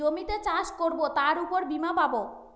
জমিতে চাষ করবো তার উপর বীমা পাবো